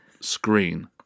screen